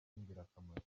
ingirakamaro